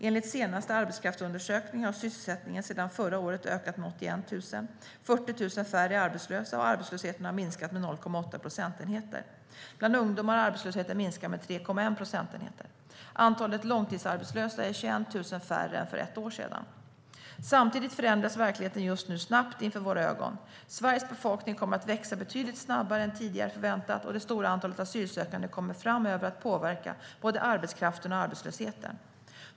Enligt senaste Arbetskraftsundersökningen har sysselsättningen sedan förra året ökat med 81 000, 40 000 färre är arbetslösa, och arbetslösheten har minskat med 0,8 procentenheter. Bland ungdomar har arbetslösheten minskat med 3,1 procentenheter. Antalet långtidsarbetslösa är 21 000 färre än för ett år sedan. Samtidigt förändras verkligheten just nu snabbt inför våra ögon. Sveriges befolkning kommer att växa betydligt snabbare än tidigare förväntat, och det stora antalet asylsökande kommer framöver att påverka både arbetskraften och arbetslösheten.